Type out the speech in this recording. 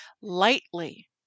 lightly